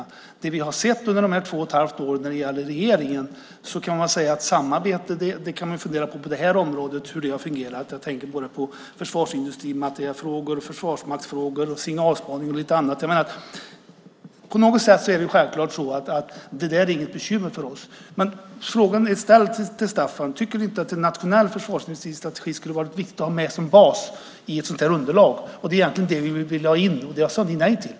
I och med det vi har sett under de här två och ett halvt åren när det gäller regeringen kan man fundera på hur samarbetet har fungerat på det här området. Jag tänker på försvarsindustrimaterielfrågor, försvarsmaktsfrågor, signalspaning och lite annat. På något sätt är det självklart så att det inte är något bekymmer för oss. Men frågan är ställd till Staffan: Tycker ni inte att det skulle ha varit viktigt att ha med en nationell försvarsindustristrategi som bas i ett sådant här underlag? Det var egentligen det som vi ville ha in. Det sade ni nej till.